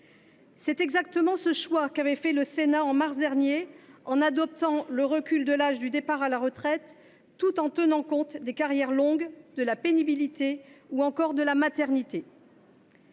C’est exactement le choix qu’avait fait le Sénat, en mars dernier, en adoptant le recul de l’âge de départ à la retraite tout en tenant compte des carrières longues, de la pénibilité ou encore de la maternité.